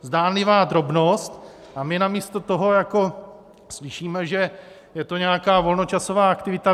Zdánlivá drobnost, a my namísto toho slyšíme, že je to nějaká volnočasová aktivita.